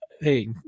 Hey